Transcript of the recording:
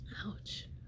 Ouch